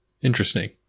interesting